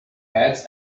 heads